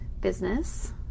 business